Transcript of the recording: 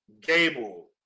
Gable